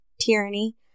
tyranny